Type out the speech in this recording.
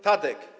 Tadek!